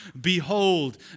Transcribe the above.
Behold